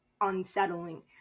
unsettling